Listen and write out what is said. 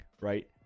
right